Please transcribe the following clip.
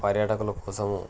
పర్యాటకుల కోసము